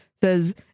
says